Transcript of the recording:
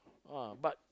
ah but